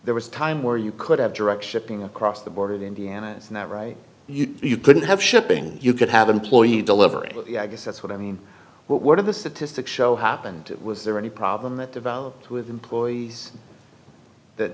there was a time where you could have direct shipping across the border of indiana and that right you couldn't have shipping you could have employee delivery i guess that's what i mean what one of the statistics show happened was there any problem that developed with employees that